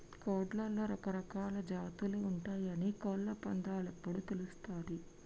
కోడ్లలో రకరకాలా జాతులు ఉంటయాని కోళ్ళ పందేలప్పుడు తెలుస్తది